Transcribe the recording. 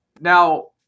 Now